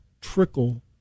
trickle